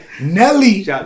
Nelly